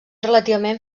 relativament